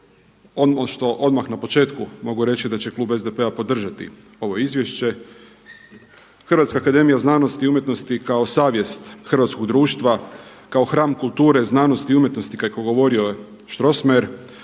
odmah na početku mogu reći da će klub SDP-a podržati ovo izvješće. Hrvatska akademija znanosti i umjetnosti kao savjest hrvatskog društva, kao hram kulture, znanosti i umjetnosti kako je govorio Strossmayer